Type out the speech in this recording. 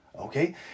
Okay